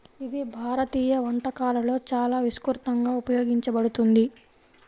ఇది భారతీయ వంటకాలలో చాలా విస్తృతంగా ఉపయోగించబడుతుంది